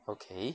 okay